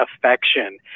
affection